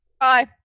Bye